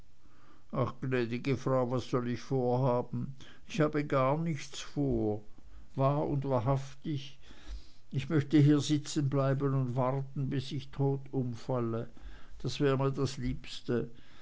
ach gnäd'ge frau was soll ich vorhaben ich habe gar nichts vor wahr und wahrhaftig ich möchte hier sitzen bleiben und warten bis ich tot umfalle das wäre mir das liebste